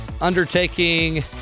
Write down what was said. undertaking